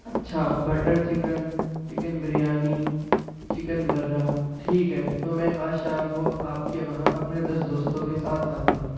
اچھا butter chicken chicken biryani chicken برا ٹھیک ہے تو میں آج شام کو آپ کے وہاں اپنے دس دوستوں کے ساتھ آتا ہوں